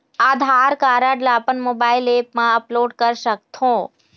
आधार card ला अपन mobile app मा अपलोड कर सकथों?